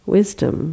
Wisdom